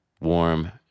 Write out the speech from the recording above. Warm